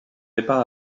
départ